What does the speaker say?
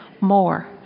more